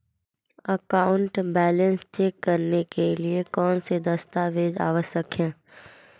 Account balance check करने के लिए कौनसे दस्तावेज़ आवश्यक हैं?